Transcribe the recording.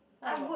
what about